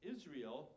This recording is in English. Israel